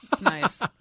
nice